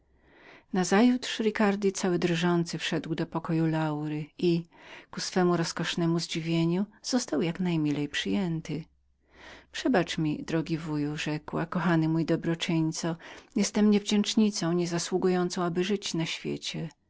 nazajutrz ricardi cały drżący wszedł do pokoju laury i z najrozkoszniejszem zadziwieniem był jak najmilej przyjętym przebacz mi drogi wuju rzekła kochany mój dobroczyńco jestem niewdzięcznicą niezasługującą żyć na świecie